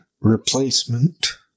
replacement